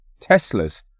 Teslas